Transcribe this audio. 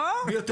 מי יותר ריאלי.